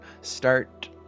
start